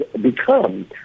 become